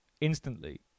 instantly